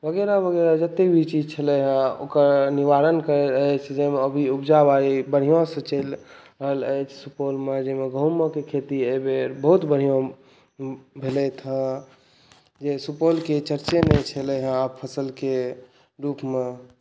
वगैरह वगैरह जतेक भी चीज छलै हँ ओकर निवारण करै अछि जाहिमे अभी उपजा बाड़ी बढ़िआँसँ चलि रहल अछि सुपौलमे जाहिमे गहूमके खेती एहिबेर बहुत बढ़िआँ भेलैए हँ जे सुपौलके चर्चे नहि छलै हँ फसिलके रूपमे